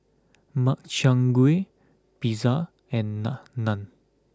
Makchang Gui Pizza and Naan